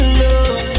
love